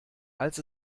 als